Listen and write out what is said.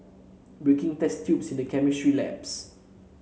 breaking test tubes in the chemistry labs